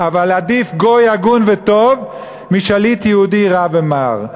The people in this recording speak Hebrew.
אבל עדיף גוי הגון וטוב משליט יהודי רע ומר.